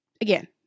again